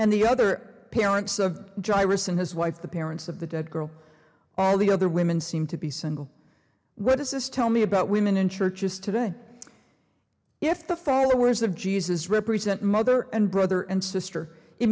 and the other parents of gyrus and his wife the parents of the dead girl all the other women seem to be single what does this tell me about women in churches today if the followers of jesus represent mother and brother and sister it